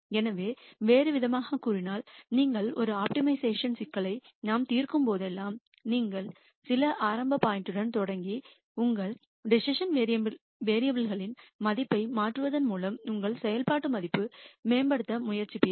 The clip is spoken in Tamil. எனவே வேறுவிதமாகக் கூறினால் நீங்கள் ஒரு ஆப்டிமைசேஷன் சிக்கலை நாம் தீர்க்கும் போதெல்லாம் நீங்கள் சில ஆரம்ப பாயிண்ட்யுடன் தொடங்கி உங்கள் டிசிசன் வேரியபுல் ன் மதிப்பை மாற்றுவதன் மூலம் உங்கள் செயல்பாட்டு மதிப்பை மேம்படுத்த முயற்சிப்பீர்கள்